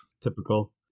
Typical